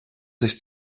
sich